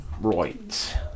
Right